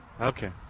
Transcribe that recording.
Okay